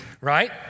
right